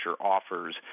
offers